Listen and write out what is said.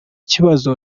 kibazo